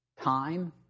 time